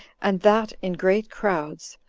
and that in great crowds,